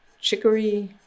chicory